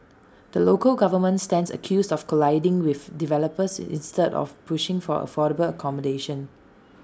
the local government stands accused of colluding with developers instead of pushing for affordable accommodation